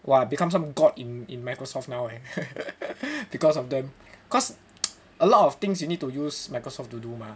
!wah! become some god in in Microsoft now eh because of them cause a lot of things you need to use Microsoft to do mah